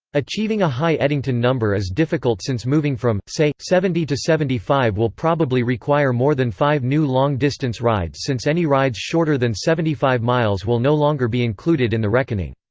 achieving a high eddington number is difficult since moving from, say, seventy to seventy five will probably require more than five new long distance rides since any rides shorter than seventy five miles will no longer be included in the reckoning.